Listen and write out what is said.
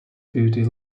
beauty